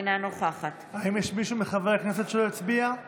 אינה נוכחת האם יש מישהו מחברי הכנסת שלא הצביע,